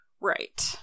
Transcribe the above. Right